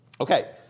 Okay